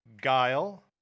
Guile